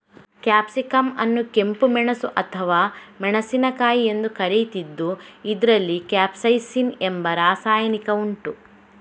capsicum ಅನ್ನು ಕೆಂಪು ಮೆಣಸು ಅಥವಾ ಮೆಣಸಿನಕಾಯಿ ಎಂದು ಕರೀತಿದ್ದು ಇದ್ರಲ್ಲಿ ಕ್ಯಾಪ್ಸೈಸಿನ್ ಎಂಬ ರಾಸಾಯನಿಕ ಉಂಟು